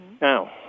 Now